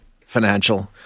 financial